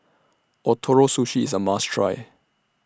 Ootoro Sushi IS A must Try